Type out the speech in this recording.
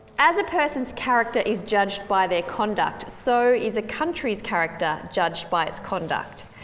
as a person's character is judged by their conduct so is a country's character judged by its conduct.